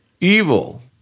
Evil